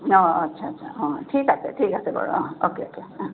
অঁ আচ্ছা আচ্ছা অঁ ঠিক আছে ঠিক আছে বাৰু অঁ অকে অকে অঁ